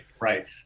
right